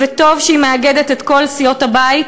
וטוב שהיא מאגדת את כל סיעות הבית.